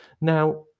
Now